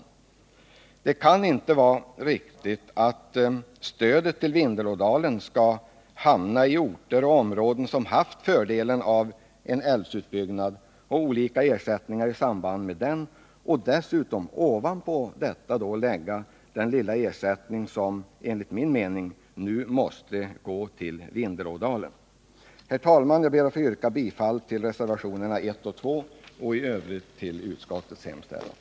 Nr 104 Det kan inte vara riktigt att stödet till Vindelådalen skall hamna i orter och Torsdagen den områden som haft fördelen av en älvutbyggnad och olika ersättningar i 15 mars 1979 samband med den — och att man dessutom, ovanpå detta, skulle lägga den lilla ersättning som enligt min mening nu måste gå till Vindelådalen. Herr talman! Jag ber att få yrka bifall till reservationerna 1 och 2 och i övrigt skapande åtgärder